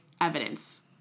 evidence